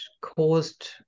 caused